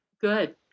good